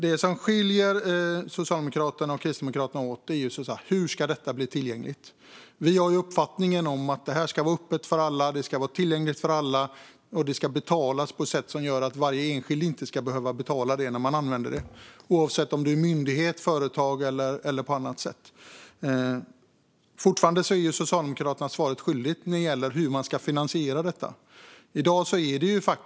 Det som skiljer Socialdemokraterna och Kristdemokraterna åt är synen på hur detta ska bli tillgängligt. Vi har uppfattningen att detta ska vara öppet och tillgängligt för alla och att det ska betalas på ett sätt som gör att varje enskild inte ska behöva betala när man använder det, oavsett om det är en myndighet, ett företag eller något annat. Socialdemokraterna är fortfarande svaret skyldiga när det gäller hur man ska finansiera detta.